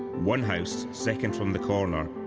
one house, second from the corner,